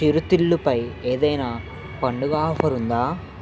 చిరుతిళ్ళుపై ఏదైనా పండుగ ఆఫర్ ఉందా